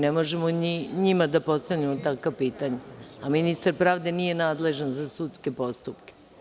Ne možemo njima da postavljamo takva pitanja, a ministar pravde nije nadležan za sudske postupke.